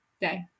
day